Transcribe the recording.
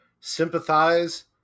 sympathize